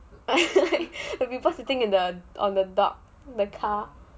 the people sitting in the on the dock the car